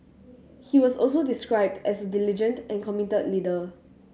he was also described as a diligent and committed leader